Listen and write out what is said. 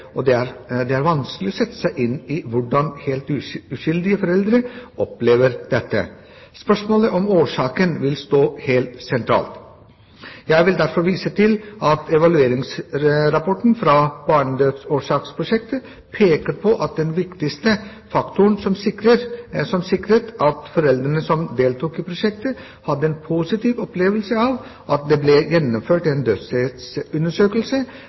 og det er vanskelig å sette seg inn i hvordan helt uskyldige foreldre opplever dette. Spørsmålet om årsaken vil stå helt sentralt. Jeg vil derfor vise til at evalueringsrapporten fra Barnedødsårsaksprosjektet peker på at den faktoren som sikret at foreldrene som deltok i prosjektet, hadde en positiv opplevelse av at det ble gjennomført en